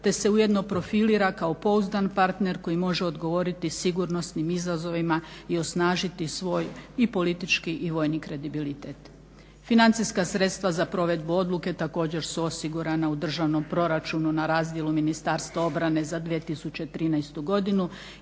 te se ujedno profilira kao pouzdan partner koji može odgovoriti sigurnosnim izazovima i osnažiti svoj i politički i vojni kredibilitet. Financijska sredstva za provedbu odluke također su osigurana u državnom proračunu na razdjelu Ministarstva obrane za 2013. godinu